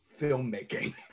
filmmaking